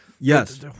Yes